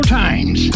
times